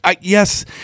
Yes